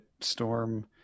Storm